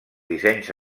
dissenys